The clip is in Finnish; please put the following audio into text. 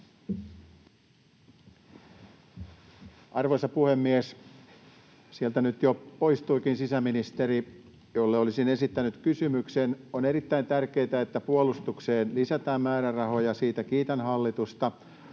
Arvoisa puhemies! Sieltä nyt jo poistuikin sisäministeri, jolle olisin esittänyt kysymyksen. — On erittäin tärkeätä, että puolustukseen lisätään määrärahoja, ja siitä kiitän hallitusta.